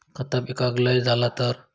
खता पिकाक लय झाला तर?